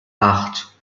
acht